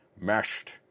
meshed